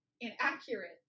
inaccurate